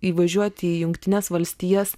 įvažiuoti į jungtines valstijas